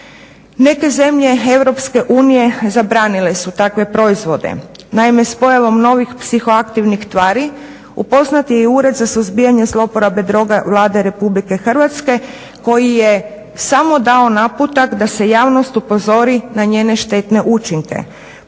Neke zemlje EU zabranile su takve proizvode, naime s pojavom novih psihoaktivnih tvari upoznat je i Ured za suzbijanje zlouporabe droge Vlade Republike Hrvatske koji je samo dao naputak da se javnost upozori na njene štetne učinke.